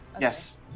Yes